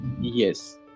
yes